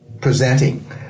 presenting